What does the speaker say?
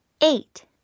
Eight